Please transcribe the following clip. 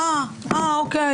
אה, אוקיי.